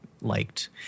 liked